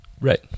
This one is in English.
Right